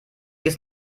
ist